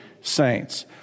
saints